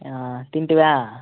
తిన్నావా